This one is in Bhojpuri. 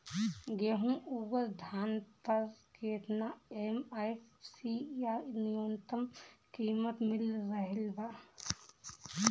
गेहूं अउर धान पर केतना एम.एफ.सी या न्यूनतम कीमत मिल रहल बा?